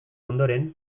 ondoren